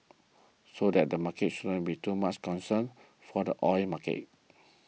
so that the market shouldn't be too much of a concern for the oil market